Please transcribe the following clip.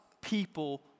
people